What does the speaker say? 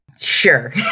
Sure